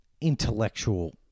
intellectual